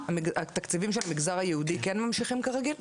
התקציבים של המגזר היהודי כן ממשיכים כרגיל?